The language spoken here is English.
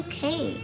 okay